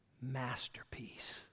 masterpiece